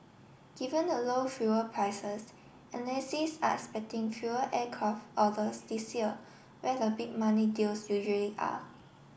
given the low fuel prices analysts are expecting fewer aircraft orders this year where the big money deals usually are